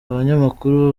abanyamakuru